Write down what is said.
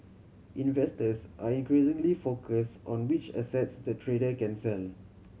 investors are increasingly focus on which assets the trader can sell